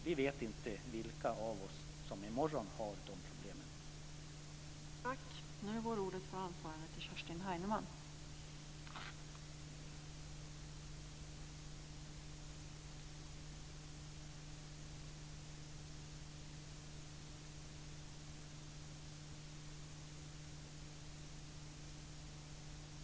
Vi vet inte vilka av oss som har de problemen i morgon.